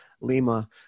Lima